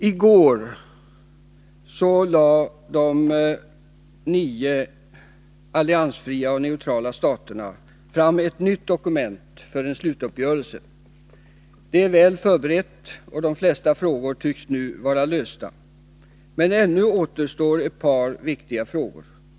I går lade NN-staterna, de nio alliansfria och neutrala staterna, fram ett nytt dokument för en slutuppgörelse. Det är väl förberett, och de flesta frågor tycks nu vara lösta. Men ännu återstår ett par viktiga frågor.